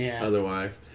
otherwise